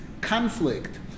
conflict